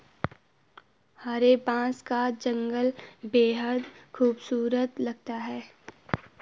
हरे बांस का जंगल बेहद खूबसूरत लगता है